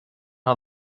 how